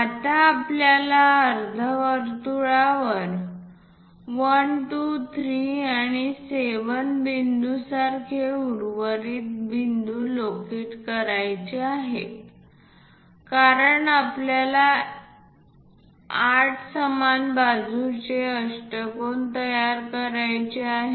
आता आपल्याला अर्धवर्तुळावर 1 2 3 आणि 7 बिंदूसारखे उर्वरित बिंदू लोकेट करायचे आहेत कारण आपल्याला 8 समान बाजूंचे अष्टकोन तयार करायचे आहेत